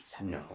No